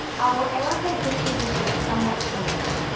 our arrogant disposition is somewhat changed.